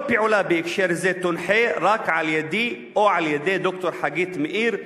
כל פעולה בהקשר זה תונחה רק על-ידי או על-ידי ד"ר חגית מאיר,